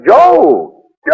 Joe